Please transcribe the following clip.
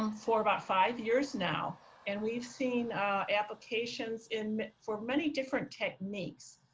um for about five years now and we've seen applications in for many different techniques,